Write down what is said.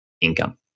income